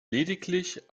lediglich